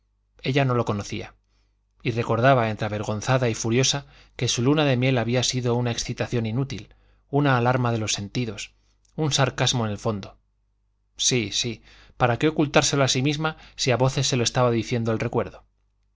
ella no lo conocía y recordaba entre avergonzada y furiosa que su luna de miel había sido una excitación inútil una alarma de los sentidos un sarcasmo en el fondo sí sí para qué ocultárselo a sí misma si a voces se lo estaba diciendo el recuerdo